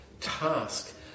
task